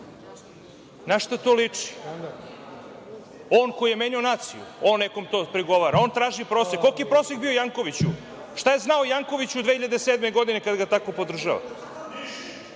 Našta to liči? On koji je menjao naciju, on nekome to prigovara. On traži prosek? Koliki je prosek bio Jankoviću? Šta je znao o Janković 2007. godine kada ga tako podržava.